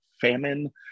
famine